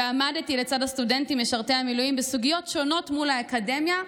ועמדתי לצד הסטודנטים משרתי המילואים בסוגיות שונות מול האקדמיה.